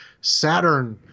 Saturn